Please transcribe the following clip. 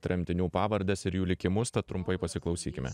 tremtinių pavardes ir jų likimus tad trumpai pasiklausykime